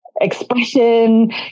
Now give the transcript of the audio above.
Expression